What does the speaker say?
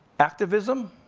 activism,